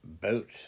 boat